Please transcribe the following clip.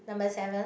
number seven